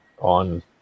on